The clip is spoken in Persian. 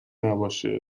نباشه